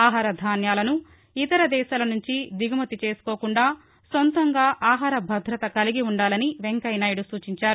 ఆహారధాన్యాలను ఇతరదేశాలనుంచి దిగుమతి చేసుకోకుండా సొంతంగా ఆహార భద్రత కలిగి ఉండాలని వెంకయ్యనాయుడు సూచించారు